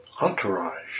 Entourage